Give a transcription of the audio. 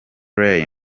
ray